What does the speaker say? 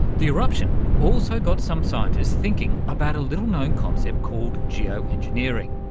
the eruption also got some scientists thinking about a little known concept called geo-engineering,